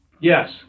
Yes